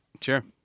Sure